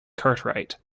cartwright